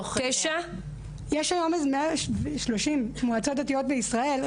כיום יש 130 מועצות דתיות בישראל.